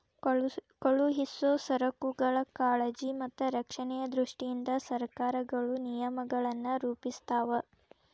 ಕಳುಹಿಸೊ ಸರಕುಗಳ ಕಾಳಜಿ ಮತ್ತ ರಕ್ಷಣೆಯ ದೃಷ್ಟಿಯಿಂದ ಸರಕಾರಗಳು ನಿಯಮಗಳನ್ನ ರೂಪಿಸ್ತಾವ